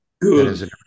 Good